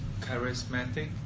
charismatic